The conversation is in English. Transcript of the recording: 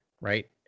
right